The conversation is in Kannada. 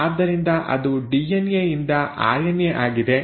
ಆದ್ದರಿಂದ ಅದು ಡಿಎನ್ಎ ಯಿಂದ ಆರ್ಎನ್ಎ ಆಗಿದೆ